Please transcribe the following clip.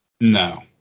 No